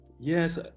Yes